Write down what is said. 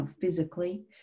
physically